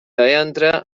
entra